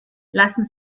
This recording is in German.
lassen